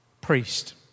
priest